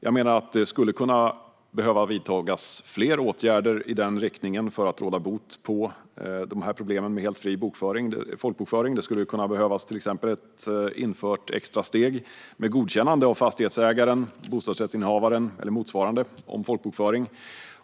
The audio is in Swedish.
Jag menar dock att det skulle behöva vidtas fler åtgärder i denna riktning för att råda bot på problemen med helt fri folkbokföring. Det skulle till exempel behövas ett införande av ett extra steg med godkännande av fastighetsägaren, bostadsrättsinnehavaren eller motsvarande om folkbokföring.